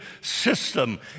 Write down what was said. system